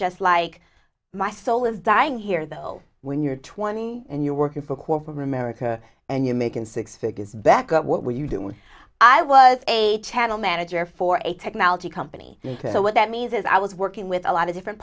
just like my soul is dying here though when you're twenty and you're working for corporate america and you make in six figures back up what were you doing i was a channel manager for a technology company so what that means is i was working with a lot of different